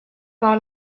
par